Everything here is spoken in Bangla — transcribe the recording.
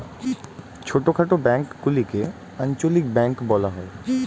ছোটখাটো ব্যাঙ্কগুলিকে আঞ্চলিক ব্যাঙ্ক বলা হয়